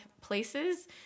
places